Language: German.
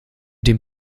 dem